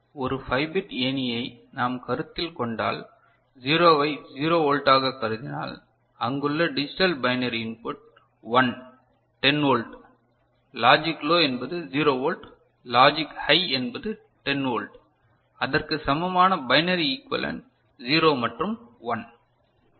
ஒரு 5 பிட் ஏணியை நாம் கருத்தில் கொண்டால் 0 ஐ 0 வோல்ட்டாகக் கருதினால் அங்குள்ள digital binary input 1 10 volt logic low என்பது 0 வோல்ட் லாஜிக் ஹை என்பது 10 வோல்ட் அதற்கு சமமான பைனரி ஈகிவலென்ட் 0 மற்றும் 1